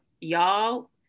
y'all